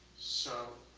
so,